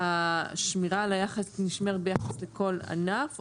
השמירה על היחס היא ביחס לכל ענף,